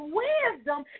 wisdom